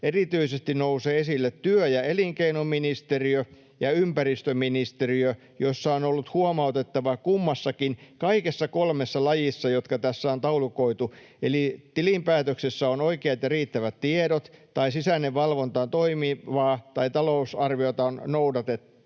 erityisesti nousevat esille työ- ja elinkeinoministeriö ja ympäristöministeriö, joissa on ollut huomautettavaa kummassakin kaikessa kolmessa lajissa, jotka tässä on taulukoitu, eli tilinpäätöksessä on oikeat ja riittävät tiedot tai sisäinen valvonta toimivaa tai talousarviota on noudatettu.